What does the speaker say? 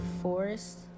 forest